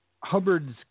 Hubbard's